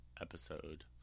episode